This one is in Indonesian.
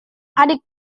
adik